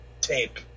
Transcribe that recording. tape